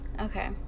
Okay